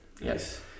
Yes